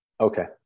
Okay